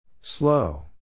Slow